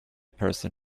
person